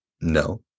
No